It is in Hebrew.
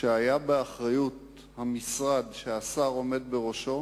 שהיה באחריות המשרד שהשר עומד בראשו,